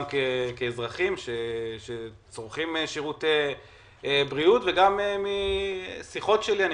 גם כאזרחים שצורכים שירותי בריאות וגם משיחות שלי אני